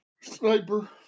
Sniper